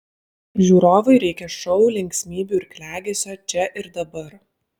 žiūrovui reikia šou linksmybių ir klegesio čia ir dabar